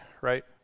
right